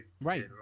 right